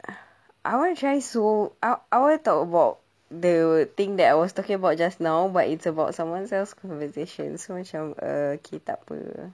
ah I want to try so I I want to talk about the thing that I was talking about just now but it's about someone's else conversations so macam uh K takpe